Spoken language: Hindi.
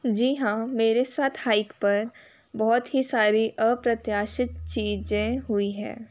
जी हाँ मेरे साथ हाइक पर बहुत ही सारी अप्रत्याशित चीज़ें हुई हैं